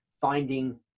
finding